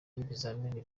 y’ibizamini